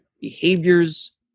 behaviors